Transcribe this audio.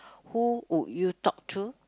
who would you talk to